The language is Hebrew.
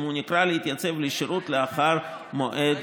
אם הוא נקרא להתייצב לשירות לאחר המועד